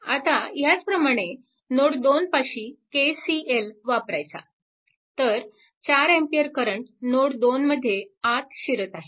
आता ह्याच प्रमाणे नोड 2 पाशी KCL वापरायचा तर 4 A करंट नोड 2 मध्ये आत शिरत आहे